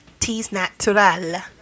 teasnatural